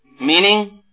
meaning